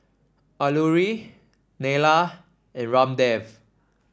Alluri Neila and Ramdev